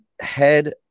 head